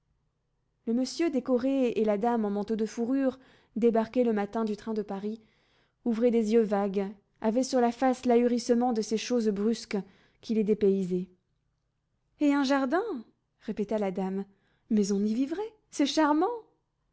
le monsieur décoré et la dame en manteau de fourrure débarqués le matin du train de paris ouvraient des yeux vagues avaient sur la face l'ahurissement de ces choses brusques qui les dépaysaient et un jardin répéta la dame mais on y vivrait c'est charmant